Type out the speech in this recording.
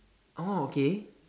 okay